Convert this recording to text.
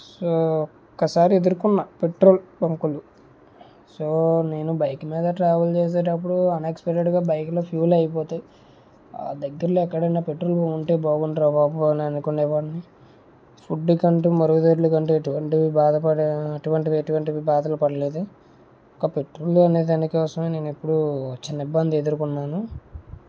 so ఒక్క సారి ఎదుర్కొన్నపెట్రోల్ బంకులో సో నేను బైక్ మీద ట్రావెల్ చేసేటప్పుడు అన్ఎక్స్పెక్ట్గా బైకులో ఫ్యూయల్ అయిపోతే దగ్గరలో ఎక్కడైనా పెట్రోల్ ఉంటే బాగుండును రా బాబు అని అనుకునేవాన్ని ఫుడ్ కంటే మరుగుదొడ్ల కంటే ఎటువంటి బాధపడే అటువంటి ఎటువంటి బాధలు పడలేదు ఒక్క పెట్రోల్ కొనేదాని కోసమే నేను ఎప్పుడు ఒక చిన్న ఇబ్బంది ఎదుర్కొన్నాను